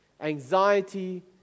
anxiety